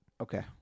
Okay